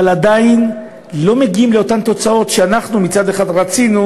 אבל עדיין לא מגיעה לאותן תוצאות שאנחנו מצד אחד רצינו,